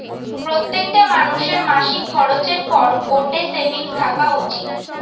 প্রত্যেকটা মানুষের মাসিক খরচের পর গটে সেভিংস থাকা উচিত